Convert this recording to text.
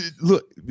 Look